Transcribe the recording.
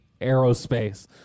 Aerospace